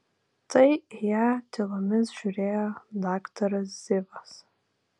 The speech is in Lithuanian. tai į ją tylomis žiūrėjo daktaras zivas